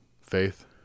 faith